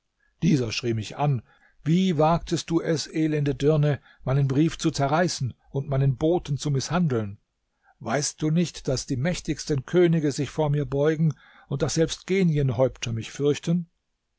dieser schrie mich an wie wagtest du es elende dirne meinen brief zu zerreißen und meinen boten zu mißhandeln weißt du nicht daß die mächtigsten könige sich vor mir beugen und daß selbst genienhäupter mich fürchten